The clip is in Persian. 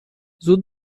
زود